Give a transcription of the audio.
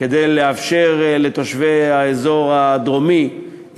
כדי לאפשר לתושבי האזור הדרומי,